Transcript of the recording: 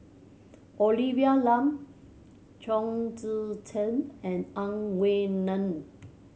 Olivia Lum Chong Tze Chien and Ang Wei Neng